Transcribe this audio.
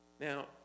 Now